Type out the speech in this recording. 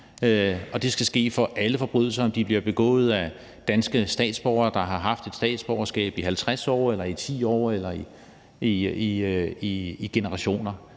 og det skal ske for alle forbrydelser, uanset om de bliver begået af danske statsborgere, der har haft et statsborgerskab i 50 år, i 10 år eller i generationer,